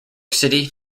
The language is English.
city